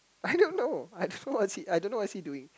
I don't know I don't know what is he I don't know what is he doing